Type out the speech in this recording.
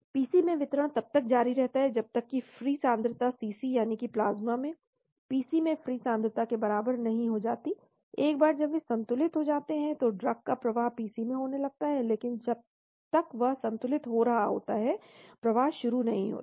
PC में वितरण तब तक जारी रहता है जब तक कि फ्री सांद्रता CC यानी कि प्लाज्मा में PC में फ्री सांद्रता के बराबर नहीं हो जाती एक बार जब वे संतुलित हो जाते हैं तो ड्रग का प्रवाह PC में होने लगता है लेकिन जब तक वह संतुलित हो रहा होता है प्रवाह शुरू नहीं होता